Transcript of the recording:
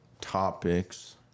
topics